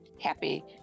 happy